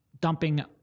dumping